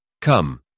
Come